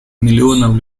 миллионов